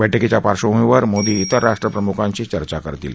बैठकीच्या पार्श्वभूमीवर मोदी इतर राष्ट्रप्रम्खांशी चर्चा करतील